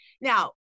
Now